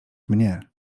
mnie